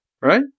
right